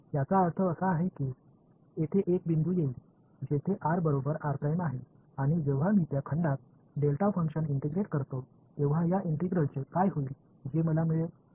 याचा अर्थ असा आहे की येथे एक बिंदू येईल जेथे r बरोबर r' आहे आणि जेव्हा मी त्या खंडात डेल्टा फंक्शन इंटिग्रेट करतो तेव्हा या इंटिग्रलचे काय होईल जे मला मिळेल